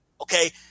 Okay